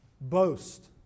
Boast